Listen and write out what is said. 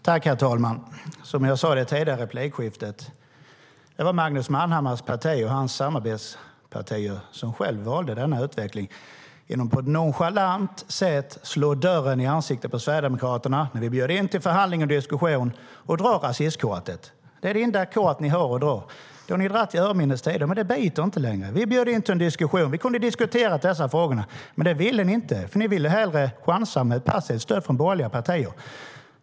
Herr talman! Som jag sade i det tidigare replikskiftet var det Magnus Manhammars parti och samarbetspartier som själva valde denna utveckling genom att på ett nonchalant sätt slå dörren i ansiktet på Sverigedemokraterna när vi bjöd in till förhandling och diskussion och genom att dra fram rasistkortet som är det enda kort som ni har att dra. Det har ni dragit sedan urminnes tid. Men det biter inte längre. Vi bjöd in till en diskussion. Vi kunde ha diskuterat dessa frågor, men det ville ni inte. Ni ville hellre chansa på att få ett passivt stöd från borgerliga partier.